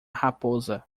raposa